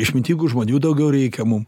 išmintingų žmonių daugiau reikia mum